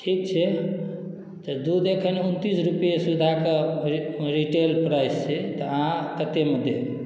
ठीक छै तऽ दूध एखन उनतीस रुपैआ सुधाके रिटेल प्राइस छै तऽ अहाँ कतेमे देब